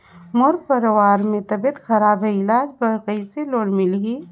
मोर परवार मे तबियत खराब हे इलाज बर कइसे लोन मिलही?